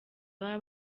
baba